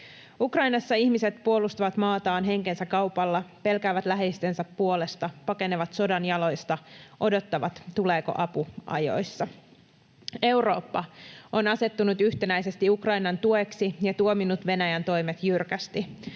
Ukrainassa ihmiset puolustavat maataan henkensä kaupalla, pelkäävät läheistensä puolesta, pakenevat sodan jaloista, odottavat, tuleeko apu ajoissa. Eurooppa on asettunut yhtenäisesti Ukrainan tueksi ja tuominnut Venäjän toimet jyrkästi.